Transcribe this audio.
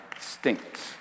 stinks